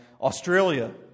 Australia